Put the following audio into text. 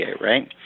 right